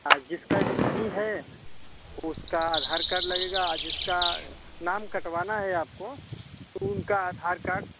आ जिसका जो नहीं है उसका आधार कार्ड लगेगा आ जिसका नाम कटवाना है आपको तो उनका आधार कार्ड